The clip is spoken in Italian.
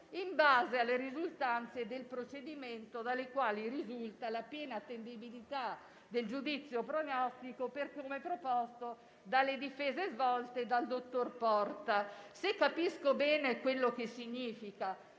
in base alle risultanze del procedimento dalle quali risulta la piena attendibilità del giudizio prognostico per come proposto dalle difese svolte dal dottor Porta. Se capisco bene quello che significa,